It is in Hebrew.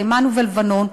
בתימן ובלבנון,